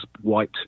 white